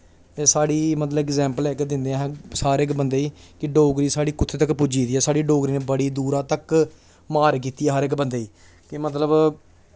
ते साढ़ी मतलब एग्जेम्पल ऐ इक दिंदे असें सारे गै बंदे ई कि डोगरी साढ़ी कु'त्थें तक पुज्जी गेदी ऐ साढ़ी डोगरी ने बड़ी दूरा तक मार कीती ऐ हर इक बंदे गी ते मतलब